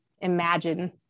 imagine